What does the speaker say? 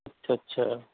اچھا اچھا